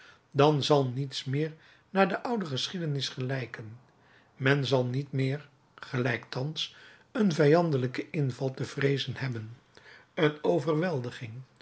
dan zal niets meer naar de oude geschiedenis gelijken men zal niet meer gelijk thans een vijandelijken inval te vreezen hebben een overweldiging